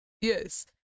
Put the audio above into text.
yes